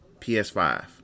PS5